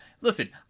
listen